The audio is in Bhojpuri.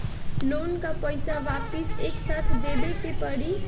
लोन का पईसा वापिस एक साथ देबेके पड़ी?